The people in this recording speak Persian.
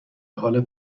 حال